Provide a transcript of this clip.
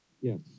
yes